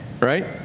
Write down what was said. Right